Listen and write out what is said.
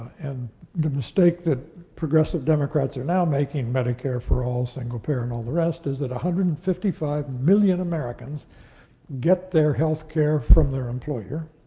and the mistake that progressive democrats are now making, medicare for all, single-payer, and all the rest, is that one hundred and fifty five million americans get their healthcare from their employer.